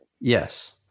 yes